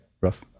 Rough